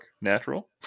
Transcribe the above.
Natural